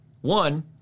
One